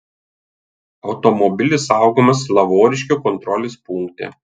automobilis saugomas lavoriškių kontrolės punkte